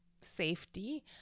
safety